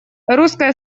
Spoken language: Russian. русская